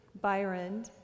Byron